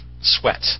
sweat